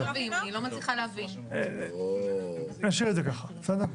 נשאיר את זה ככה, בסדר?